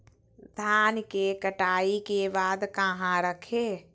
धान के कटाई के बाद कहा रखें?